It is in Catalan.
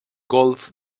golf